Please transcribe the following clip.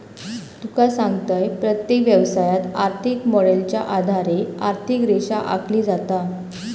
तुका सांगतंय, प्रत्येक व्यवसायात, आर्थिक मॉडेलच्या आधारे आर्थिक रेषा आखली जाता